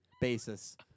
basis